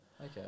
Okay